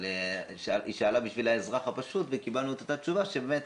אבל היא שאלה בשביל האזרח הפשוט וקיבלנו את אותה תשובה שבאמת